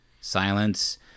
Silence